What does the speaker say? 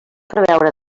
preveure